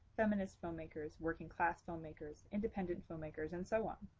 feminist filmmakers, working-class filmmakers, independent filmmakers, and so on.